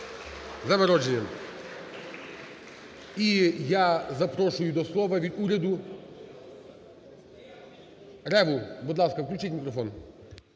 (Оплески) І я запрошую до слова від уряду Реву. Будь ласка, включіть мікрофон.